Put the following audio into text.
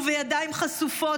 ובידיים חשופות,